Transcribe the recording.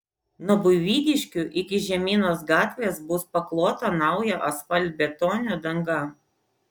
nuo buivydiškių iki žemynos gatvės bus paklota nauja asfaltbetonio danga